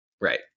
Right